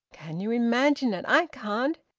can you imagine it? i can't!